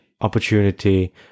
opportunity